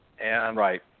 Right